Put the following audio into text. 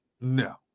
no